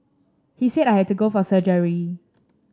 he said I had to go for surgery